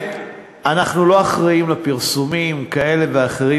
אנחנו לא אחראים לפרסומים כאלה ואחרים